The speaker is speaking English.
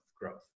growth